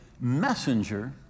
messenger